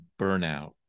burnout